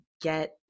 get